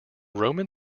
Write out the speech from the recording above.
roman